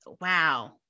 Wow